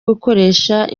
gukoresha